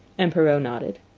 and perrault nodded.